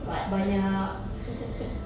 what